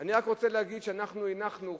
אני רק רוצה להגיד שאנחנו הנחנו,